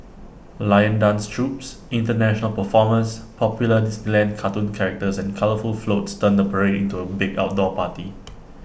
lion dance troupes International performers popular Disneyland cartoon characters and colourful floats turn the parade into A big outdoor party